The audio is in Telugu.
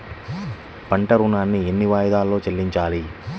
పంట ఋణాన్ని ఎన్ని వాయిదాలలో చెల్లించాలి?